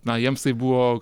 na jiems tai buvo